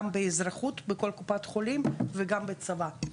גם באזרחות בכל קופת חולים וגם בצבא.